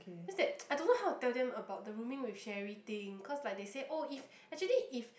just that I don't know how to tell them about the rooming with Cherry thing because they say like oh if actually if